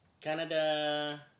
Canada